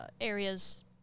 areas